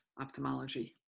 ophthalmology